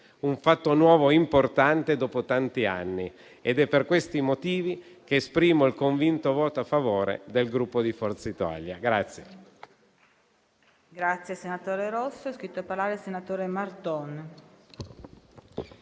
un fatto nuovo e importante dopo tanti anni. Ed è per questi motivi che esprimo il convinto voto a favore del Gruppo Forza Italia.